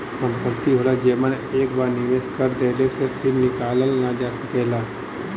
संपत्ति होला जेमन एक बार निवेस कर देले से फिर निकालल ना जा सकेला